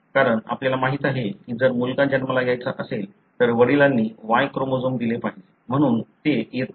कारण आपल्याला माहित आहे की जर मुलगा जन्माला यायचा असेल तर वडिलांनी Y क्रोमोझोम दिले पाहिजे म्हणून ते येत नाही